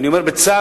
ואני אומר בצער,